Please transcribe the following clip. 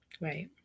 Right